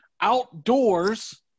outdoors